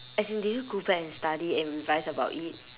as in did you go back and study and revise about it